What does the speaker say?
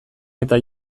eta